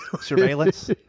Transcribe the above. Surveillance